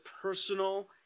personal